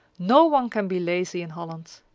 no one can be lazy in holland.